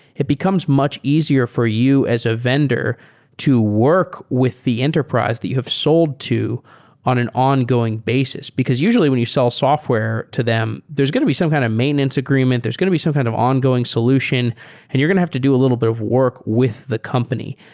it becomes much easier for you as a vendor to work with the enterprise that you have sold to on an ongoing basis, because usually when you sell software to them, there's going to be some kind of maintenance agreement. there's going to be some kind of ongoing solution and you're going to have to do a little bit of work with the company.